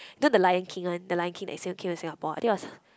then the Lion-King one the Lion-King that came to Singapore I think it was